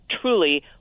truly